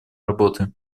работы